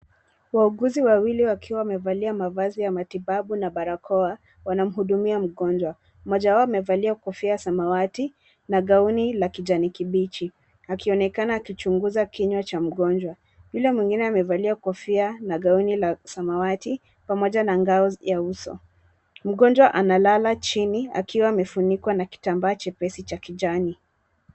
Wauguzi wawili wakiwa wamevalia mavazi ya matibabu na barakoa wanamhudumia mgonjwa. Mmoja wao amevalia kofia ya samawati na gauni la kijani kibichi akionekana akichunguza kinywa cha mgonjwa, yule mwingine amevazlia kofia na gauni la samawati pamoja na ngao ya uso. Mgonjwa analala chini akiwa amefunikwa na kitambaa chepesi cha kijani.